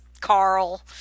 Carl